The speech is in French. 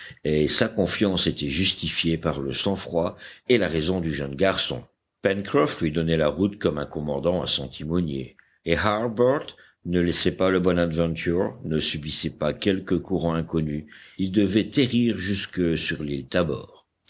et sa confiance était justifiée par le sang-froid et la raison du jeune garçon pencroff lui donnait la route comme un commandant à son timonier et harbert ne laissait pas le bonadventure ne subissait pas quelque courant inconnu il devait terrir juste sur l'île tabor